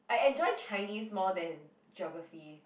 I enjoy Chinese more than geography